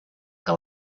que